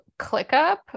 ClickUp